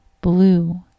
Blue